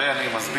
הרי אני מסביר,